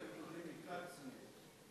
אני מקבל את הנתונים מכצל'ה.